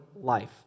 life